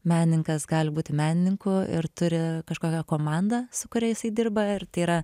menininkas gali būti menininku ir turi kažkokią komandą su kuria jisai dirba ir tai yra